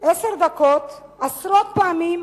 עשר דקות עשרות פעמים,